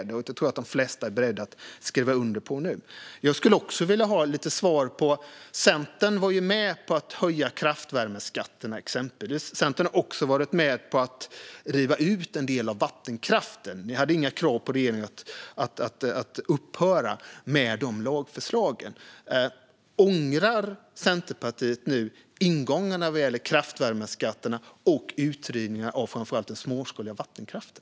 Det tror jag att de flesta är beredda att skriva under på nu. Jag skulle också vilja ha lite svar. Centern var ju med på att höja kraftvärmeskatterna, exempelvis. Centern har också varit med på att riva ut en del av vattenkraften. Ni hade inga krav på regeringen att dra tillbaka de lagförslagen. Ångrar Centerpartiet nu ingångarna vad gäller kraftvärmeskatterna och utrivningarna av framför allt den småskaliga vattenkraften?